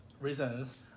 reasons